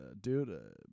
dude